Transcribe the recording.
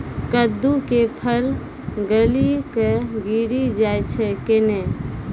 कददु के फल गली कऽ गिरी जाय छै कैने?